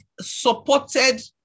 supported